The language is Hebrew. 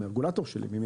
מהרגולטור שלי.